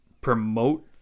promote